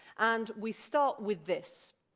and we start with this,